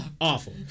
Awful